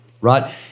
right